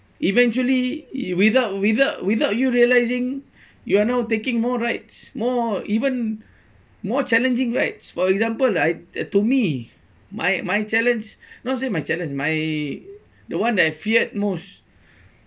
eventually without without without you realising you are now taking more rides more even more challenging rides for example I to me my my challenge not say my challenge my the one that I feared most